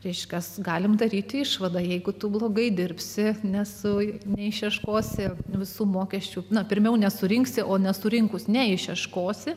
reiškiasi galime daryti išvadą jeigu tu blogai dirbsi ne su neišieškosi visų mokesčių na pirmiau nesurinksi o nesurinkus neišieškosi